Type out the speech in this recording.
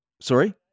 Sorry